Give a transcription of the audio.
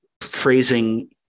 phrasing